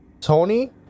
Tony